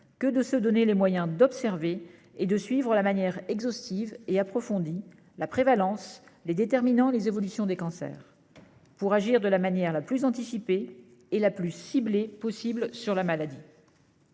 que de se donner les moyens d'observer et de suivre, de manière exhaustive et approfondie, la prévalence, les déterminants et les évolutions des cancers, pour agir de la manière la plus anticipée et la plus ciblée possible sur la maladie.